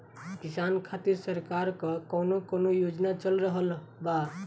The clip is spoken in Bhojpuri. किसान खातिर सरकार क कवन कवन योजना चल रहल बा?